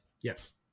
Yes